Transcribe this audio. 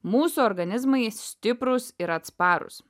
mūsų organizmai stiprūs ir atsparūs